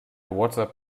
whatsapp